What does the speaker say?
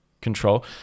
Control